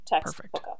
Perfect